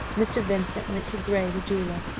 mr. vincent went to gray, the jeweller,